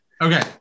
Okay